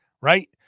right